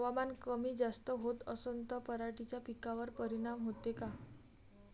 हवामान कमी जास्त होत असन त पराटीच्या पिकावर परिनाम होते का?